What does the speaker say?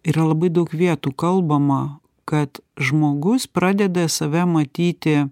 yra labai daug vietų kalbama kad žmogus pradeda save matyti